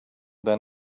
than